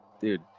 dude